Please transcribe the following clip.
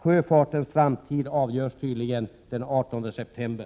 Sjöfartens framtid avgörs tydligen den 18 september.